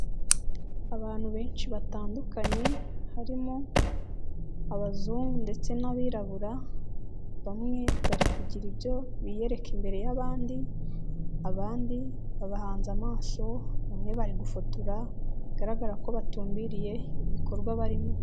Abantu benshi batandukanye, harimo abazungu ndetse n'abirabura, bamwe bari kugira ibyo biyereka imbere y'abandi, abandi babahanze amaso, bamwe bari gufotora, bigaragara ko batumbiriye ibikorwa barimo.